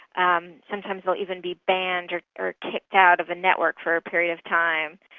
um sometimes they'll even be banned or or kicked out of a network for a period of time.